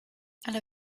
alle